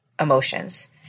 emotions